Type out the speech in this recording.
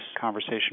conversation